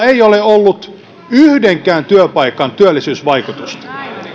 ei ole ollut yhdenkään työpaikan työllisyysvaikutusta